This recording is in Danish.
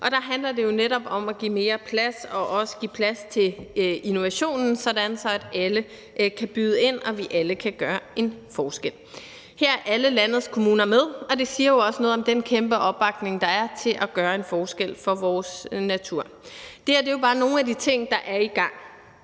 og der handler det jo netop om at give mere plads og også give plads til innovationen, sådan at alle kan byde ind og vi alle kan gøre en forskel. Her er alle landets kommuner med, og det siger jo også noget om den kæmpe opbakning, der er til at gøre en forskel for vores natur. Det her er jo bare nogle af de ting, der er i gang.